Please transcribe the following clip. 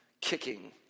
Kicking